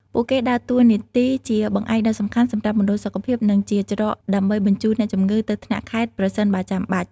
ពួកគេដើរតួនាទីជាបង្អែកដ៏សំខាន់សម្រាប់មណ្ឌលសុខភាព និងជាច្រកដើម្បីបញ្ជូនអ្នកជំងឺទៅថ្នាក់ខេត្តប្រសិនបើចាំបាច់។